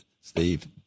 Steve